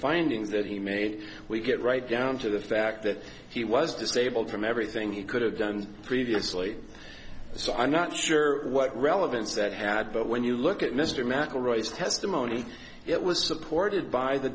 findings that he made we get right down to the fact that he was disabled from everything he could have done previously so i'm not sure what relevance that had but when you look at mr mcelroy testimony it was supported by the